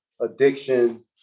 addiction